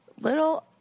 little